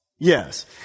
Yes